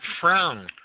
frown